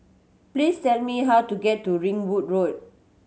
please tell me how to get to Ringwood Road